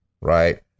right